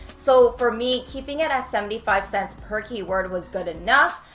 so for me, keeping it at seventy five cents per keyword was good enough.